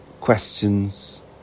questions